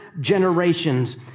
generations